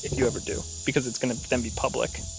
you ever do, because it's going to then be public